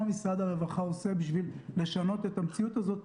משרד הרווחה עושה בשביל לשנות את המציאות הזאת,